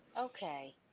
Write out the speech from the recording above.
Okay